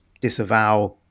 disavow